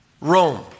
Rome